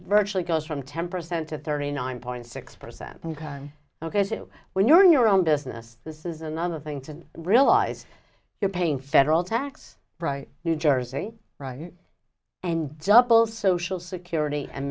virtually goes from ten percent to thirty nine point six percent and ok when you're in your own business this is another thing to realize you're paying federal tax bright new jersey and jumble social security and